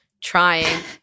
trying